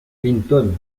clinton